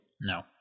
No